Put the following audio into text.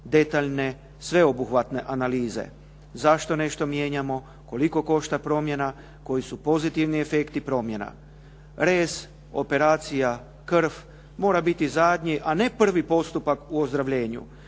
detaljne, sveobuhvatne analize zašto nešto mijenjamo, koliko košta promjena, koji su pozitivni efekti promjena. Rez, operacija, krv mora biti zadnji, a ne prvi postupak u ozdravljenja.